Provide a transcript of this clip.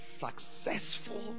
successful